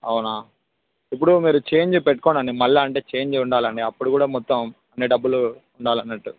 అవునా ఇప్పుడు మీరు చేంజు పెట్టుకోనండి మళ్ళా అంటే చేంజ్ ఉండాలండి అప్పుడు కూడా మొత్తం అన్ని డబ్బులు ఉండాలంటూ